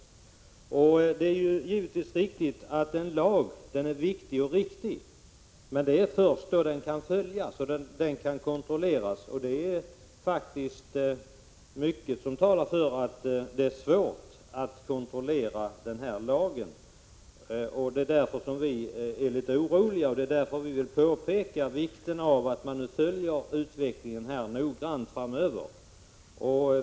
Det är givetvis väsentligt att en lag är viktig och riktig, men det gäller först då den kan följas och kontrolleras. Det är faktiskt mycket som talar för att det är svårt att kontrollera denna lag. Det är därför vi är litet oroliga, och det är därför vi vill påpeka vikten av att man följer utvecklingen noggrant framöver.